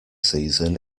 season